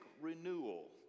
renewal